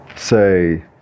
Say